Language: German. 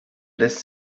lässt